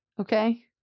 Okay